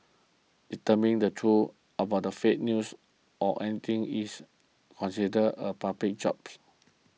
determining the truth about the fake news or anything is considered the public's job